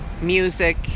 music